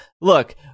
Look